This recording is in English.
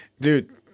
dude